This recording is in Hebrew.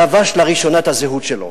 הוא לבש לראשונה את הזהות שלו,